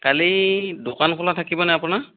কালি দোকান খোলা থাকিবনে আপোনাৰ